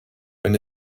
wenn